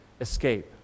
escape